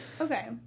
Okay